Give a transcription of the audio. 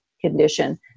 condition